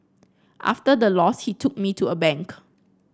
after the loss he took me to a bank